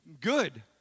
Good